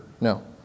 No